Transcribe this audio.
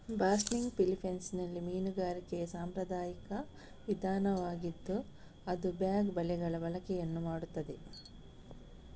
ಬಾಸ್ನಿಗ್ ಫಿಲಿಪೈನ್ಸಿನಲ್ಲಿ ಮೀನುಗಾರಿಕೆಯ ಸಾಂಪ್ರದಾಯಿಕ ವಿಧಾನವಾಗಿದ್ದು ಅದು ಬ್ಯಾಗ್ ಬಲೆಗಳ ಬಳಕೆಯನ್ನು ಮಾಡುತ್ತದೆ